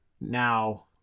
Now